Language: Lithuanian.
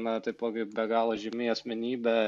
na taipogi be galo žymi asmenybė